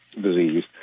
disease